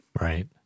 Right